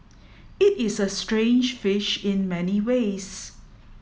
it is a strange fish in many ways